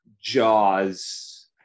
Jaws